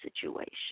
situation